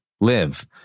live